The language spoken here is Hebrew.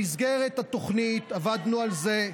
במסגרת התוכנית עבדנו על זה,